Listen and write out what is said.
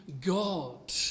God